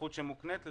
זכות שמוקנית להם,